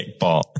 kickball